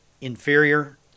inferior